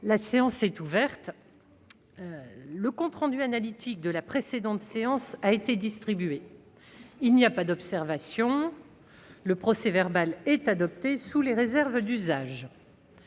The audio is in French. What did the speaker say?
La séance est ouverte. Le compte rendu analytique de la précédente séance a été distribué. Il n'y a pas d'observation ?... Le procès-verbal est adopté sous les réserves d'usage.